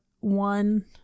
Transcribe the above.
One